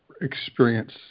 experience